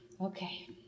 Okay